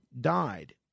died